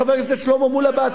חבר הכנסת שלמה מולה ואחרים,